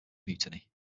mutiny